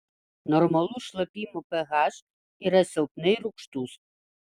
normalus šlapimo ph yra silpnai rūgštus